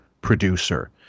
producer